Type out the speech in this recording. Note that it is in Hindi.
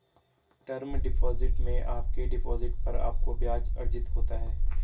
टर्म डिपॉजिट में आपके डिपॉजिट पर आपको ब्याज़ अर्जित होता है